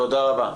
תודה רבה.